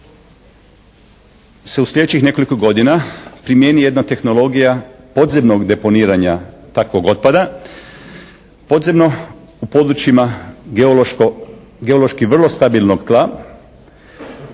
u sljedećih nekoliko godina primijeni jedna tehnologija podzemnog deponiranja takvog otpada. Podzemno u područjima geološki vrlo stabilnog tla.